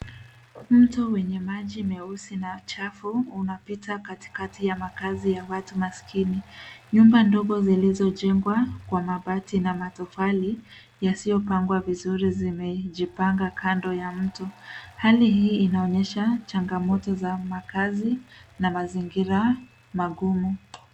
Mto wenye maji meusi na chafu unapita katikati ya makazi ya watu maskini. Nyumba ndogo zilizojengwa kwa mabati na matofali yasiyopangwa vizuri zimejipanga kando ya mto. Hali hii inaonyesha changamoto za makazi na mazingira magumu.